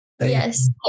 Yes